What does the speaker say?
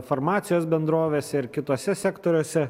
farmacijos bendrovėse ir kituose sektoriuose